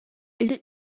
igl